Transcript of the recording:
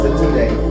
today